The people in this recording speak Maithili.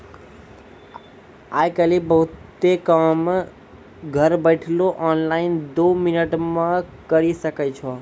आय काइल बहुते काम घर बैठलो ऑनलाइन दो मिनट मे करी सकै छो